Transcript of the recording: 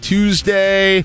Tuesday